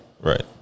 Right